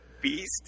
Beast